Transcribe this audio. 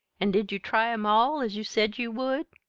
an' did you try em all, as you said you would?